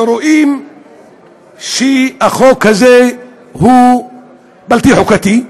אנחנו רואים שהחוק הזה הוא בלתי חוקתי.